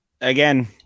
Again